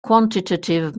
quantitative